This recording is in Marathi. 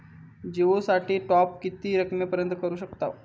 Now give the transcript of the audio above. जिओ साठी टॉप किती रकमेपर्यंत करू शकतव?